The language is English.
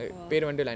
oh